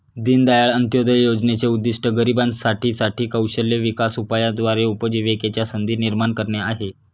दीनदयाळ अंत्योदय योजनेचे उद्दिष्ट गरिबांसाठी साठी कौशल्य विकास उपायाद्वारे उपजीविकेच्या संधी निर्माण करणे आहे